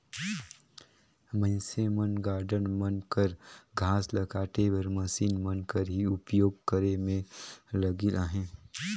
मइनसे मन गारडन मन कर घांस ल काटे बर मसीन मन कर ही उपियोग करे में लगिल अहें